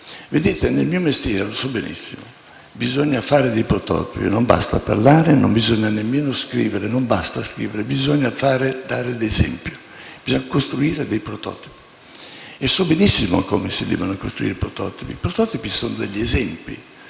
Vedete, nel mio mestiere - lo so benissimo - bisogna fare dei prototipi; non basta parlare, non bisogna nemmeno scrivere, non basta. Bisogna fare esempi, costruire dei prototipi. So benissimo come si devono costruire i prototipi: sono degli esempi.